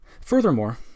Furthermore